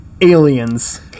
Aliens